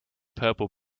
purple